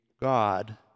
God